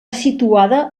situada